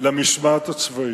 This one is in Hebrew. למשמעת הצבאית.